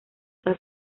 tal